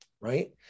right